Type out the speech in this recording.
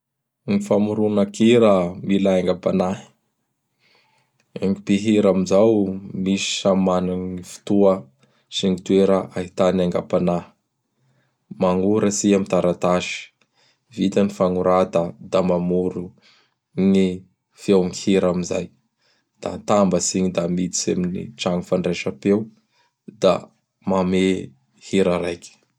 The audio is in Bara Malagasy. Gny famoronan-kira mila aingam-panahy. Gny mpihira am zao misy samy mana gn fotoa sy ny toera ahitany aingam-panahy. Magnoratsy i am gny taratasy. Vita gny fagnorata da mamoro gny feo gny hira am zay. Da atambatsy igny da miditsy amin'gy tragno fandraisam-peo; da manome hira raiky.